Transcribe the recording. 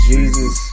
Jesus